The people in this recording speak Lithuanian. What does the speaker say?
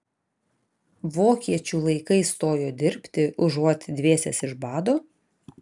vokiečių laikais stojo dirbti užuot dvėsęs iš bado